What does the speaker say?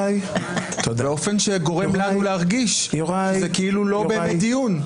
באופן שגורם לנו להרגיש שזה לא באמת דיון.